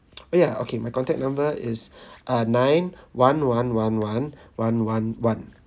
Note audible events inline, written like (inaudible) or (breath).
(noise) ya okay my contact number is (breath) uh nine one one one one one one one